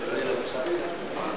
הצעת חוק הרשויות המקומיות (בחירות)